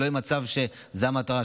וזאת המטרה,